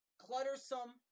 cluttersome